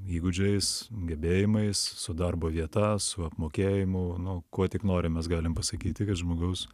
įgūdžiais gebėjimais su darbo vieta su apmokėjimu nu kuo tik nori mes galim pasakyti kad žmogaus